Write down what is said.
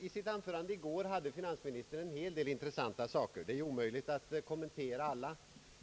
I sitt anförande i går hade finansministern en hel del intressanta saker att komma med. Det är ju omöjligt för mig att kommentera allt.